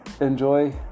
Enjoy